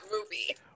movie